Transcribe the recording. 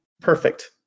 perfect